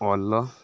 ᱚᱞ ᱫᱚ